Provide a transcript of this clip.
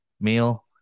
meal